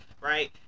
right